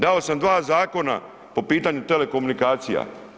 Dao sam 2 zakona po pitanju telekomunikacija.